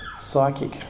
psychic